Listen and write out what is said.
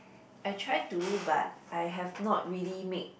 I try to but I have not really make